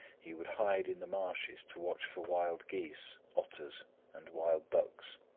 he would hide in the marshes to watch for wild geese, otters and wild ducks.